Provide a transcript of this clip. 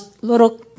little